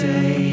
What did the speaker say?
Say